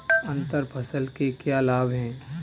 अंतर फसल के क्या लाभ हैं?